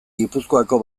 gipuzkoako